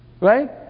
Right